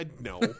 No